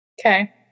okay